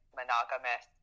monogamous